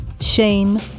shame